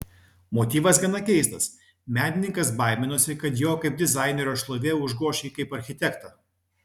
motyvas gana keistas menininkas baiminosi kad jo kaip dizainerio šlovė užgoš jį kaip architektą